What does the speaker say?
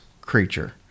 creature